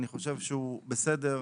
אני חושב שהוא בסדר.